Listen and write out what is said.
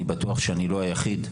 אני בטוח שאני לא היחיד,